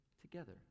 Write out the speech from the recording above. Together